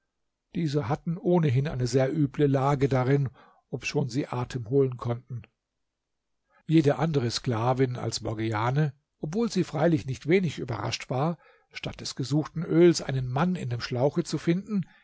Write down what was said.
diese hatten ohnehin eine sehr üble lage darin obschon sie atem holen konnten jede andere sklavin als morgiane obwohl sie freilich nicht wenig überrascht war statt des gesuchten öls einen mann in dem schlauche zu finden